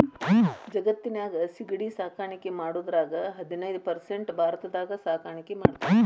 ಜಗತ್ತಿನ್ಯಾಗ ಸಿಗಡಿ ಸಾಕಾಣಿಕೆ ಮಾಡೋದ್ರಾಗ ಹದಿನೈದ್ ಪರ್ಸೆಂಟ್ ಭಾರತದಾಗ ಸಾಕಾಣಿಕೆ ಮಾಡ್ತಾರ